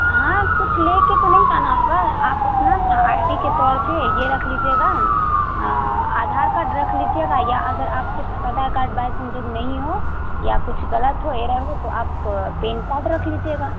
ہاں کچھ لے کے تو نہیں آنا ہوگا آپ اپنا نا آئی ڈی کے طور پہ یہ رکھ لیجیے گا آدھار کارڈ رکھ لیجیے گا یا اگر آپ کے پاس آدھار کارڈ بائی سنجوگ نہیں ہو یا کچھ غلط ہو ایرر ہے تو آپ پین کارڈ رکھ لیجیے گا